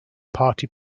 party